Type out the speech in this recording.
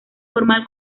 formal